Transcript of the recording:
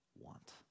Want